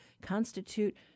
constitute